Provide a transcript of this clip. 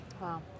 Wow